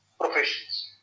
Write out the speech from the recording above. professions